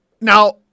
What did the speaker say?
now